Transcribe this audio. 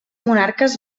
monarques